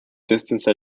distance